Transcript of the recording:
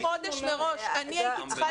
15